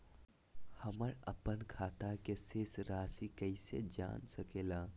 हमर अपन खाता के शेष रासि कैसे जान सके ला?